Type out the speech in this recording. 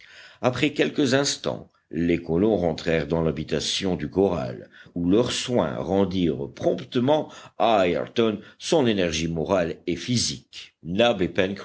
après quelques instants les colons rentrèrent dans l'habitation du corral où leurs soins rendirent promptement à ayrton son énergie morale et physique nab